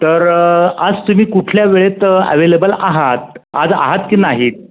तर आज तुम्ही कुठल्या वेळेत ॲवेलेबल आहात आज आहात की नाहीत